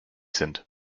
sind